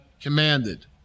commanded